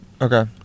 Okay